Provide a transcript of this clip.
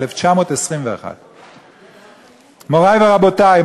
1921. מורי ורבותי,